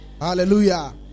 Hallelujah